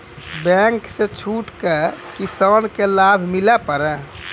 Bank से छूट का किसान का लाभ मिला पर?